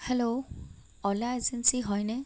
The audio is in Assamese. হেল্ল' অ'লা এজেন্সী হয়নে